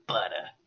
Butter